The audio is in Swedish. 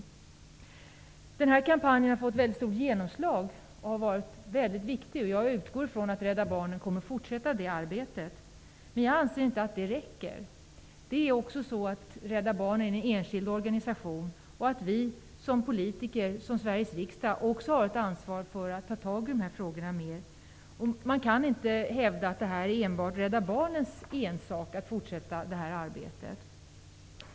Kampanjen har fått ett mycket stort genomslag och har varit mycket viktig. Jag utgår från att Rädda barnen kommer att fortsätta det arbetet. Men jag anser att det inte räcker. Rädda barnen är en enskild organisation, och vi har som politiker -- som Sveriges riksdag -- också ett ansvar för att ta tag i de här frågorna. Man kan inte hävda att det är Rädda barnens ensak att fortsätta det här arbetet.